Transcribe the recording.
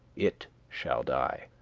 it shall die.